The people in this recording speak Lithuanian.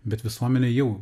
bet visuomenė jau